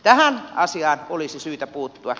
tähän asiaan olisi syytä puuttua